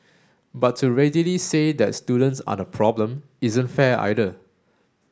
but to readily say that students are the problem isn't fair either